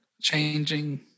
changing